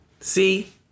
See